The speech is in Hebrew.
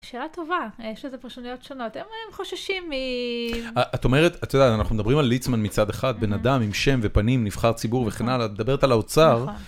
שאלה טובה, יש לזה פרשנויות שונות, הם חוששים ממ... - את אומרת, אתה יודע, אנחנו מדברים על ליצמן מצד אחד, בן אדם עם שם ופנים, נבחר ציבור וכן הלאה, אתה מדברת על האוצר.